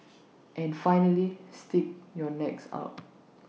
and finally stick your necks out